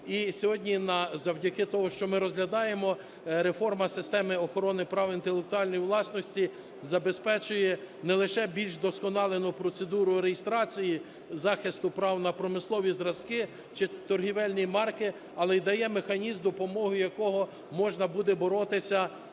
і сьогодні завдяки тому, що ми розглядаємо, реформа системи охорони прав інтелектуальної власності забезпечує не лише більш вдосконалену процедуру реєстрації, захисту прав на промислові зразки чи торгівельні марки, але й дає механізм, за допомогою якого можна буде боротися,